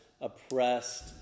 oppressed